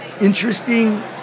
interesting